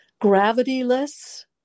gravity-less